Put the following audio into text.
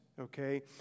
okay